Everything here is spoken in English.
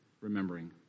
Remembering